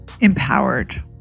empowered